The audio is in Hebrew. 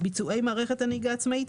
ביצועי מערכת הנהיגה העצמאית,